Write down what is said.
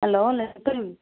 hello